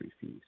fees